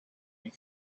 and